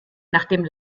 nachdem